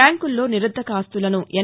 బ్యాంకుల్లో నిరర్ణక ఆస్తులను ఎన్